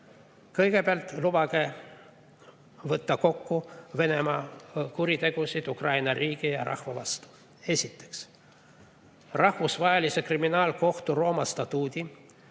Kõigepealt lubage võtta kokku Venemaa kuriteod Ukraina riigi ja rahva vastu. Esiteks, Rahvusvahelise Kriminaalkohtu Rooma statuudi